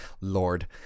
Lord